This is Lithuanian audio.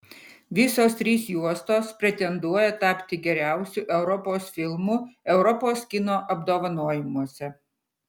visos trys juostos pretenduoja tapti geriausiu europos filmu europos kino apdovanojimuose